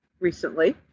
recently